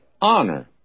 honor